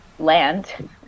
land